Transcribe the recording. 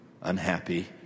unhappy